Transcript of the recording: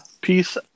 peace